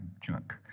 junk